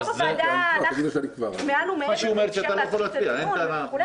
יושב-ראש הוועדה הלך מעל ומעבר ואפשר להתחיל את הדיון וכו',